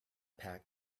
pack